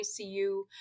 ICU